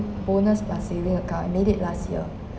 bonus plus saving account I made it last year